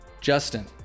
Justin